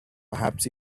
perhaps